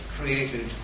created